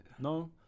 No